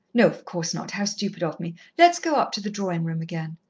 no, of course not how stupid of me! let's go up to the drawing-room again.